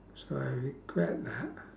so I regret that